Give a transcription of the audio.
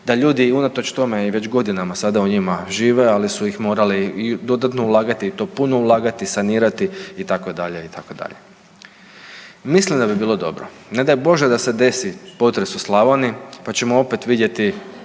da ljudi unatoč tome i već godinama sada u njima žive ali su ih morali i dodatno ulagati i to puno ulagati, sanirati itd., itd. Mislim da bi bilo dobro, ne daj Bože da se desi potres u Slavoniji, pa ćemo opet vidjeti